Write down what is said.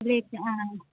ꯕ꯭ꯂꯦꯛꯇ ꯑꯥ